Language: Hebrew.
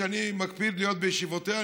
שאני מקפיד להיות בישיבותיה,